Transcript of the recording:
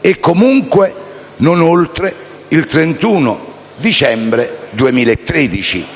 e comunque non oltre il 31 dicembre 2013.